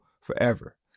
forever